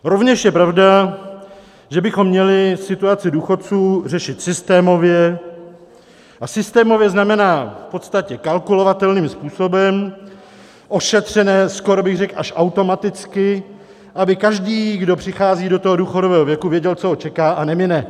Rovněž je pravda, že bychom měli situaci důchodců řešit systémově, a systémově znamená v podstatě kalkulovatelným způsobem, ošetřené skoro bych řekl až automaticky, aby každý, kdo přichází do důchodového věku, věděl, co ho čeká a nemine.